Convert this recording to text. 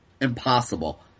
impossible